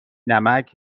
نمک